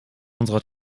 unserer